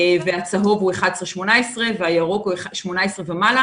הצהוב הוא 11 עד 18 והירוק הוא 18 ומעלה.